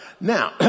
Now